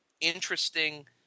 interesting